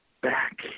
back